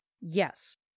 Yes